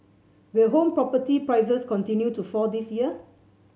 will home property prices continue to fall this year